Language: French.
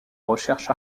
recherche